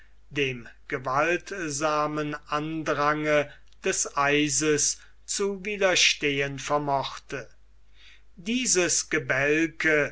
dem gewaltsamen andrange des eises zu widerstehen vermochte dieses gebälke